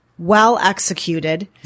well-executed